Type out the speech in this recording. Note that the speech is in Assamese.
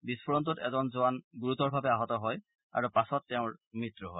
বিস্ফোৰণটোত এজন জোৱান গুৰুতৰভাৱে আহত হয় আৰু পাছত তেওঁৰ মৃত্যু হয়